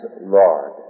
Lord